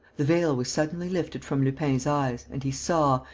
the veil was suddenly lifted from lupin's eyes and he saw,